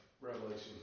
Revelation